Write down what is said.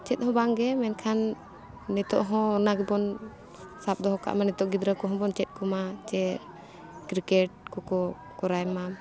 ᱪᱮᱫ ᱦᱚᱸ ᱵᱟᱝ ᱜᱮ ᱢᱮᱱᱠᱷᱟᱱ ᱱᱤᱛᱚᱜ ᱦᱚᱸ ᱚᱱᱟ ᱜᱮᱵᱚᱱ ᱥᱟᱵ ᱫᱚᱦᱚ ᱠᱟᱜ ᱢᱟ ᱱᱤᱛᱚᱜ ᱜᱤᱫᱽᱨᱟᱹ ᱠᱚᱦᱚᱸ ᱵᱚᱱ ᱪᱮᱫ ᱠᱚᱢᱟ ᱡᱮ ᱠᱨᱤᱠᱮᱴ ᱠᱚᱠᱚ ᱠᱚᱨᱟᱣ ᱢᱟ